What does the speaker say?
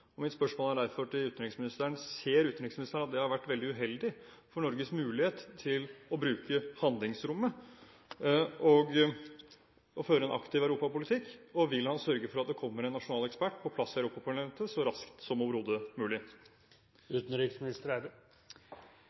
Mitt spørsmål til utenriksministeren er derfor: Ser utenriksministeren at det har vært veldig uheldig for Norges mulighet til å bruke handlingsrommet og føre en aktiv europapolitikk? Vil han sørge for at det kommer en nasjonal ekspert på plass i Europaparlamentet så raskt som overhodet mulig?